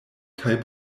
kaj